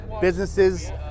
businesses